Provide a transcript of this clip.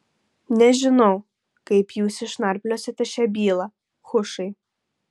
nežinau kaip jūs išnarpliosite šią bylą hušai